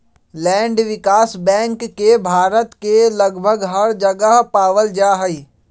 land विकास bank के भारत के लगभग हर जगह पावल जा हई